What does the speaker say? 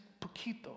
poquito